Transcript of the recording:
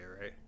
right